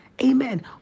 Amen